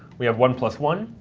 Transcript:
we have one plus one.